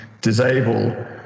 disable